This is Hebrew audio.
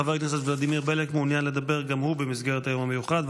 חבר הכנסת ולדימיר בליאק מעוניין גם הוא לדבר במסגרת היום המיוחד,